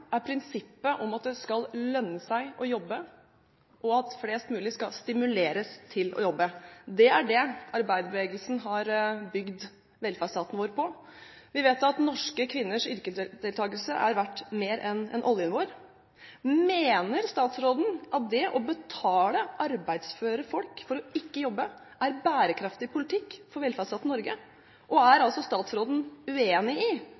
er prinsippet om at det skal lønne seg å jobbe, og at flest mulig skal stimuleres til å jobbe. Det er det arbeiderbevegelsen har bygd velferdsstaten vår på. Vi vet at norske kvinners yrkesdeltakelse er verd mer enn oljen vår. Mener statsråden at det å betale arbeidsføre folk for ikke å jobbe er bærekraftig politikk for velferdsstaten Norge, og er statsråden uenig i